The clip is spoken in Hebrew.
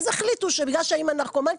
אז החליטו שבגלל שהאמא היא נרקומנית